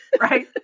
Right